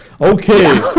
Okay